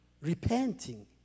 repenting